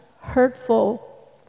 hurtful